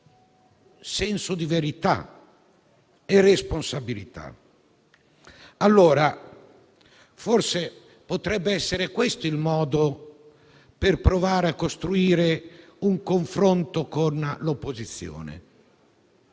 senso di verità e responsabilità. Allora, forse, potrebbe essere questo il modo per provare a costruire un confronto con l'opposizione.